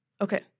Okay